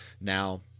Now